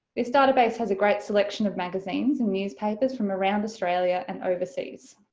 this database has a great selection of magazines and newspapers from around australia and overseas.